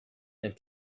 and